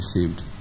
saved